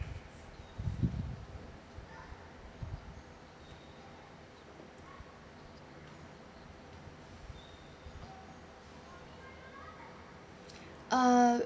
uh